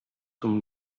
zum